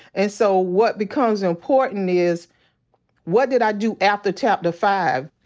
and so what becomes important is what did i do after chapter five?